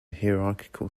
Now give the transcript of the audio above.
hierarchical